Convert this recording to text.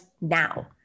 now